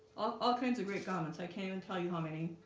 all kinds of great comments. i can't even tell you how many